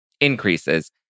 increases